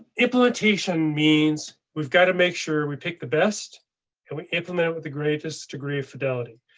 implementation means we've got to make sure we pick the best and we implement with the greatest degree of fidelity.